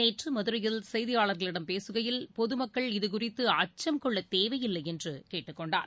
நேற்றுமதுரையில் செய்தியாளர்களிடம் பேசுகையில் பொதுமக்கள் இதுகுறித்துஅச்சம் கொள்ளத் தேவையில்லைஎன்றுகேட்டுக் கொண்டார்